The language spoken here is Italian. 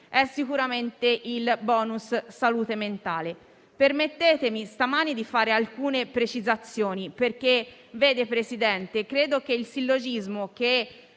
è sicuramente il *bonus* salute mentale. Permettetemi questa mattina di fare alcune precisazioni, perché credo che il sillogismo che